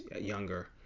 younger